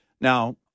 Now